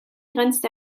grenzt